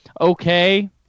okay